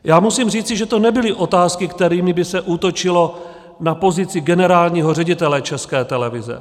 Já musím říci, že to nebyly otázky, kterými by se útočilo na pozici generálního ředitele České televize.